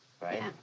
Right